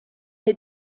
had